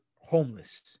homeless